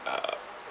uh